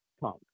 Punk